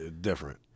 different